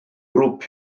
grŵp